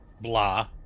blah